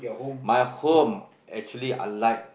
my home actually I like